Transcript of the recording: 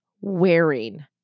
wearing